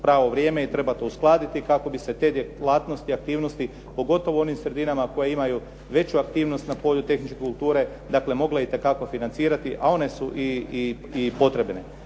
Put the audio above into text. pravo vrijeme i treba to uskladiti kako bi se te djelatnosti, aktivnosti pogotovo u onim sredinama koje imaju veću aktivnost na polju tehničke kulture mogla itekako financirati a one su i potrebne.